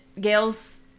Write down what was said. Gail's